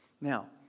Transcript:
Now